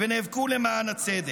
ונאבקו למען הצדק.